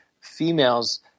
females